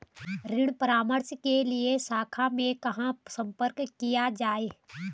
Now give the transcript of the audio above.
ऋण परामर्श के लिए शाखा में कहाँ संपर्क किया जाए?